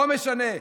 לא משנה,